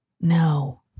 No